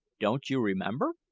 don't you remember?